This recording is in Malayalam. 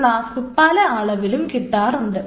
ഈ ഫ്ലാസ്ക് പല അളവിലും കിട്ടാറുണ്ട്